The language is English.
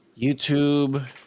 youtube